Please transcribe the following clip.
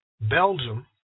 Belgium